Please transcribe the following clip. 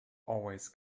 always